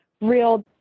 real